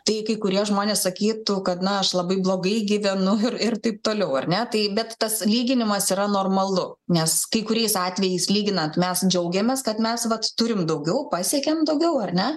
tai kai kurie žmonės sakytų kad na aš labai blogai gyvenu ir taip toliau ar ne tai bet tas lyginimas yra normalu nes kai kuriais atvejais lyginant mes džiaugiamės kad mes vat turim daugiau pasiekėm daugiau ar ne